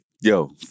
yo